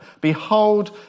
Behold